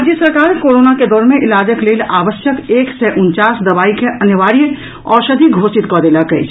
राज्य सरकार कोरोना के दौर मे इलाजक लेल आवश्यक एक सय उनचास दवाई के अनिवार्य औषधि घोषित कऽ देलक अछि